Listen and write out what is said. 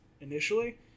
initially